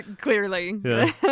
Clearly